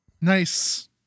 Nice